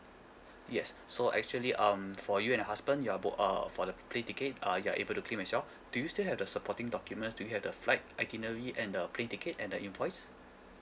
yes so actually um for you and your husband you are both err for the p~ plane ticket uh you are able to claim as well do you still have the supporting documents do you have the flight itinerary and the plane ticket and the invoice